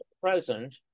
present